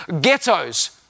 Ghettos